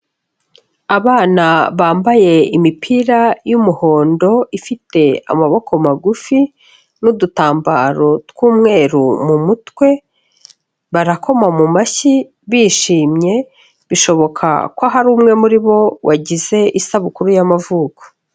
Abana bambaye imipira y'umuhondo ifite amaboko magufi n'udutambaro tw'umweru mu mutwe, barakoma mu mashyi bishimye; bishoboka ko hari umwe muri bo wagize isabukuru y'amavuko.